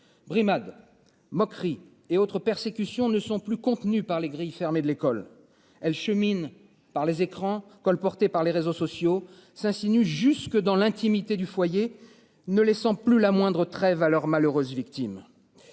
brimades. Moqueries et autres persécutions ne sont plus contenue par les grilles fermées de l'école. Elle chemine par les écrans colportée par les réseaux sociaux s'insinue jusque dans l'intimité du foyer ne laissant plus la moindre trêve à leurs malheureuses victimes.